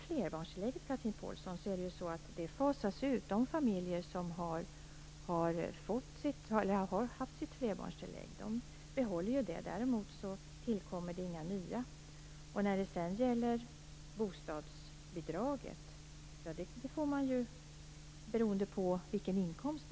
Flerbarnstillägget fasas ut på ett sådant sätt att de familjer som har haft flerbarnstillägg får behålla det. Däremot tillkommer inte några nya. Bostadsbidrag får man i förhållande till sin inkomst.